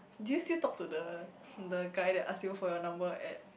do you still talk to the the guy that ask you for your number at